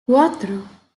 cuatro